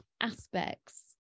aspects